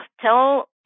tell